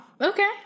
Okay